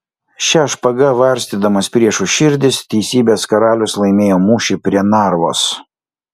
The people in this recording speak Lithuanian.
šia špaga varstydamas priešų širdis teisybės karalius laimėjo mūšį prie narvos